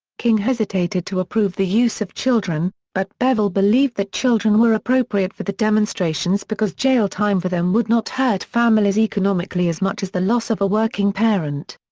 king hesitated to approve the use of children, but bevel believed that children children were appropriate for the demonstrations because jail time for them would not hurt families economically as much as the loss of a working parent.